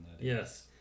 Yes